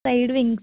fried wings